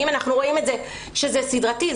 ואם אנחנו רואים שזה סדרתי,